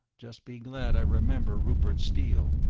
just be glad i remember rupert steele.